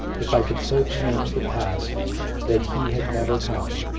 if i could so change the past that he had never come.